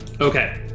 Okay